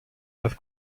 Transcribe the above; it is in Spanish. las